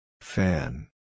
Fan